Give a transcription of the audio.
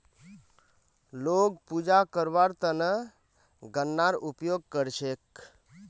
लोग पूजा करवार त न गननार उपयोग कर छेक